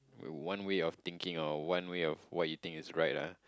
one way of thinking or one way of what you think is right ah